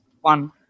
one